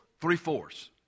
three-fourths